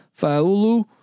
Faulu